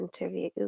interview